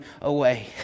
away